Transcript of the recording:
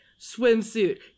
Swimsuit